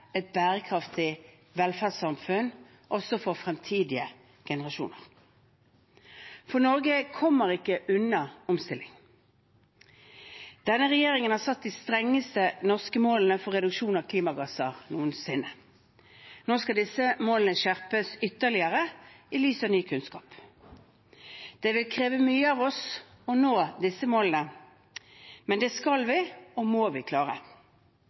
et bærekraftig velferdssamfunn også for fremtidige generasjoner, for Norge kommer ikke unna omstilling. Denne regjeringen har satt de strengeste norske målene for reduksjon av klimagassutslipp noensinne. Nå skal disse målene skjerpes ytterligere i lys av ny kunnskap. Det vil kreve mye av oss å nå disse målene, men det skal og må vi klare.